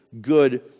Good